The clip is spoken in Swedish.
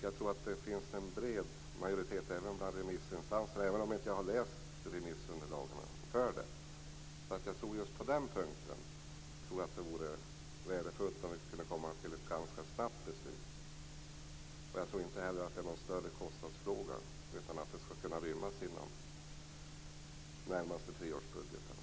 Jag tror att det finns en bred majoritet även bland remissinstanserna, även om jag inte läst remissunderlaget. På den punkten vore det värdefullt om vi ganska snart kunde komma fram till ett beslut. Det är inte heller någon större kostnadsfråga utan den skulle kunna rymmas inom de närmaste tre årens budgetar.